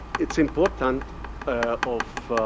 it's important of,